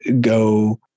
go